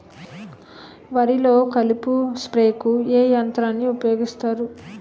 వరిలో కలుపు స్ప్రేకు ఏ యంత్రాన్ని ఊపాయోగిస్తారు?